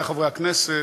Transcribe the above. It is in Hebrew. הכנסת,